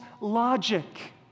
logic